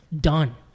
done